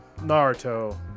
Naruto